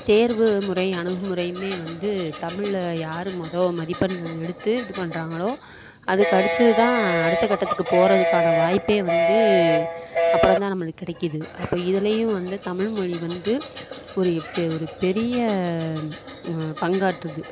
தேர்வு முறை அணுகு முறையுமே வந்து தமிழில் யார் மொதல் மதிப்பெண்களை எடுத்து இது பண்ணுறாங்களோ அதுக்கு அடுத்தது தான் அடுத்த கட்டத்துக்கு போவதுக்கான வாய்ப்பே வந்து அப்புறம் தான் நம்மளுக்கு கிடைக்குது அப்போ இதிலயும் வந்து தமிழ் மொழி வந்து ஒரு பெ ஒரு பெரிய பங்காற்றுது